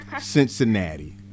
Cincinnati